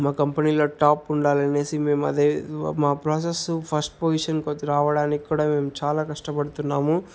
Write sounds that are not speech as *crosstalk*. మా కంపెనీలో టాప్ ఉండాలనేసి మేము అదే *unintelligible* మా ప్రాసెస్సు ఫస్ట్ పొజిషన్ *unintelligible* రావడానిక్కూడా మేము చాలా కష్టపడుతున్నాము